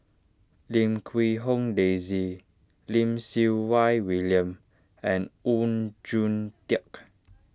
Lim Quee Hong Daisy Lim Siew Wai William and Oon Jin Teik